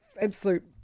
absolute